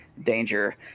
danger